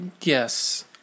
yes